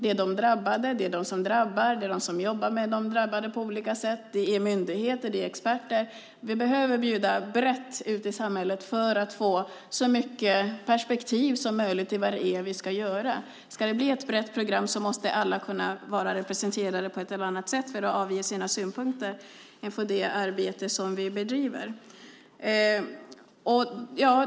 Det är de drabbade, de som drabbar, de som jobbar med de drabbade på olika sätt, myndigheter och experter. Vi behöver bjuda in brett ute i samhället för att få så mycket perspektiv som möjligt på vad det är vi ska göra. Om det ska bli ett brett program måste alla vara representerade på ett eller annat sätt för att avge sina synpunkter inför det arbete vi bedriver.